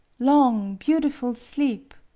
long beautiful sleep!